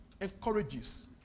encourages